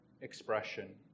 expression